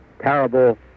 Terrible